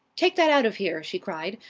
take that out of here! she cried.